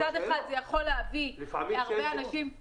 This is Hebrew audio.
מצד אחד זה יכול להביא להרבה אנשים --- לפעמים לא.